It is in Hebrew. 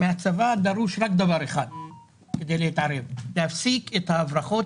מהצבא דרוש רק דבר אחד כדי להתערב: להפסיק את ההברחות,